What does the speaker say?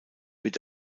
wird